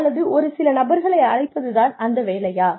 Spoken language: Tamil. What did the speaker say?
அல்லது ஒரு சில நபர்களை அழைப்பது தான் அந்த வேலையா